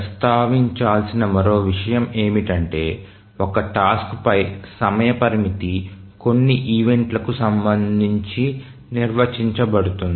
ప్రస్తావించాల్సిన మరో విషయం ఏమిటంటే ఒక టాస్క్ పై సమయ పరిమితి కొన్ని ఈవెంట్ లకు సంబంధించి నిర్వచించబడుతుంది